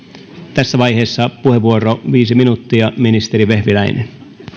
tässä vaiheessa puheenvuoro viisi minuuttia ministeri vehviläinen